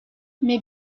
mais